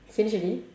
finish already